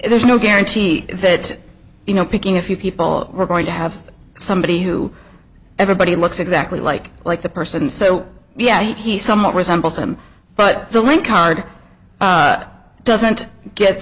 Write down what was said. there's no guarantee that you know picking a few people are going to have somebody who everybody looks exactly like like the person so yeah he somewhat resembles him but the link card doesn't get